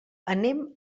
anem